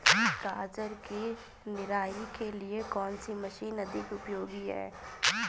गाजर की निराई के लिए कौन सी मशीन अधिक उपयोगी है?